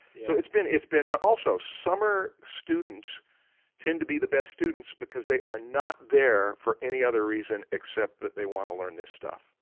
so it's been it's been also, summer students tend to be the best students because they are not there for any other reason except that they want to learn this stuff.